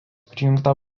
prijungta